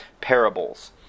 parables